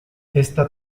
esta